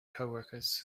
coworkers